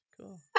Cool